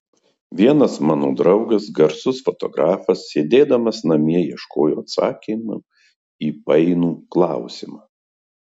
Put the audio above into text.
vienas mano draugas garsus fotografas sėdėdamas namie ieškojo atsakymo į painų klausimą